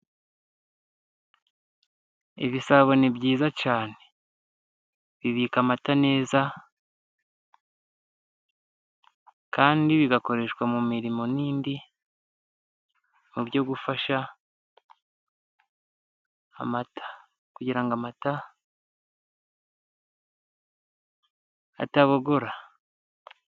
Ibisabo ni byiza cyane. Bibika amata neza, kandi bigakoreshwa mu mirimo n'indi, mu byo gufasha amata. Kugira ngo amata atabogora.